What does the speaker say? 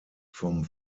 vom